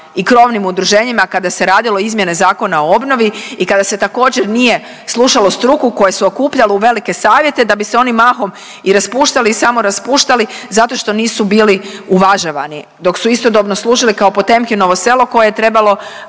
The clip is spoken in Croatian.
i krovnim udruženjima kada se radilo izmjene Zakona o obnovi i kada se također nije slušalo struku koje se okupljalo u velike savjete da bi se oni mahom i raspuštali i samo raspuštali zato što nisu bili uvažavani dok su istodobno služili kao Potemkinovo selo koje je trebalo